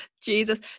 jesus